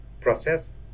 process